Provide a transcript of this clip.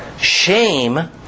Shame